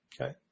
Okay